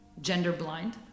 gender-blind